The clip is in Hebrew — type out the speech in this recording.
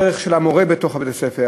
הערך של המורה בבית-הספר,